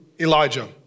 Elijah